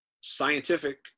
scientific